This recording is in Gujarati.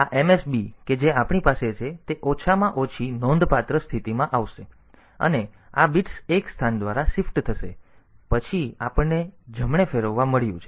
તેથી આ MSB કે જે આપણી પાસે છે તે ઓછામાં ઓછી નોંધપાત્ર સ્થિતિમાં આવશે અને આ બિટ્સ એક સ્થાન દ્વારા શિફ્ટ થશે પછી આપણને જમણે ફેરવવા મળ્યું છે